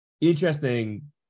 interesting